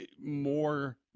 more